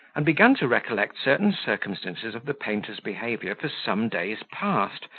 and began to recollect certain circumstances of the painter's behaviour for some days past,